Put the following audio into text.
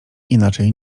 inaczej